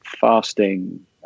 fasting